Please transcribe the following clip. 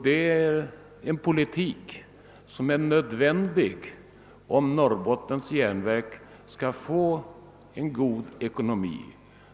Det är en sådan politik som är nödvändig, om Norrbottens järnverk skall få en god ekonomi.